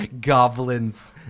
Goblins